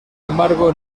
embargo